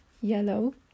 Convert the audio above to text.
yellow